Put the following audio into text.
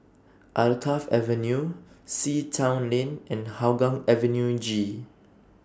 Alkaff Avenue Sea Town Lane and Hougang Avenue G